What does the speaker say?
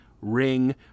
ring